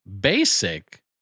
basic